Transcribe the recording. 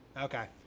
Okay